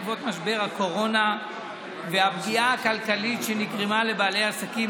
בעקבות משבר הקורונה והפגיעה הכלכלית שנגרמה לבעלי עסקים,